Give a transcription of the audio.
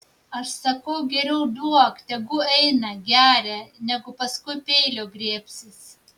aš sakau geriau duok tegu eina geria negu paskui peilio griebsis